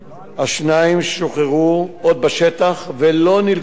השניים שוחררו עוד בשטח, ולא נלקחו לתחנה.